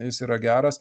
jis yra geras